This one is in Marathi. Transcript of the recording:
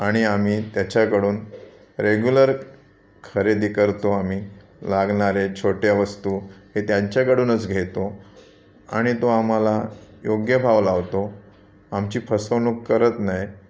आणि आम्ही त्याच्याकडून रेग्युलर खरेदी करतो आम्ही लागणारे छोट्या वस्तू हे त्यांच्याकडूनच घेतो आणि तो आम्हाला योग्य भाव लावतो आमची फसवणूक करत नाय